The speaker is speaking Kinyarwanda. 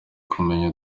kumenya